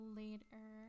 later